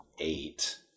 eight